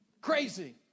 crazy